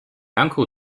uncle